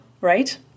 right